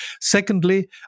Secondly